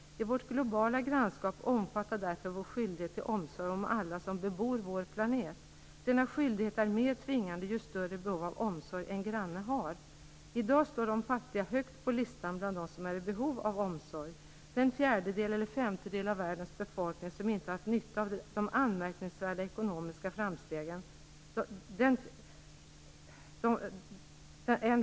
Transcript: I vårt globala grannskap omfattar därför vår skyldighet till omsorg alla som bebor vår planet. Denna skyldighet är mer tvingande ju större behov av omsorg en granne har. I dag står de fattiga högt på listan bland dem som är i behov av omsorg: den fjärdedel eller femtedel av världens befolkning som inte har haft nytta av de anmärkningsvärda ekonomiska framstegen.